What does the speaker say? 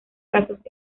casos